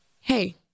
hey